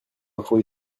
info